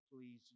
please